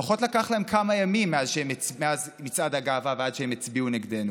לפחות לקח להם כמה ימים מאז מצעד הגאווה ועד שהם הצביעו נגדנו.